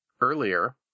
earlier